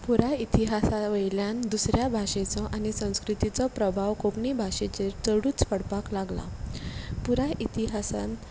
पुराय इतिहासा वयल्यान दुसऱ्या भाशेचो आनी संस्कृतीचो प्रभाव कोंकणी भाशेचेर चडूच पडपाक लागला पुराय इतिहासान